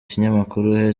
kinyamakuru